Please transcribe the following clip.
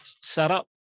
setup